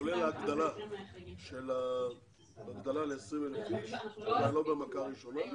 כולל ההגדלה ל-20,000 אנשים, לא במכה ראשונה,